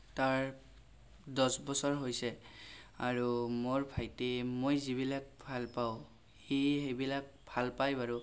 তাৰ দহ বছৰ হৈছে আৰু মোৰ ভাইটি মই যিবিলাক ভাল পাওঁ সি সেইবিলাক ভাল পায় বাৰু